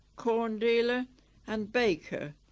corn dealer and baker,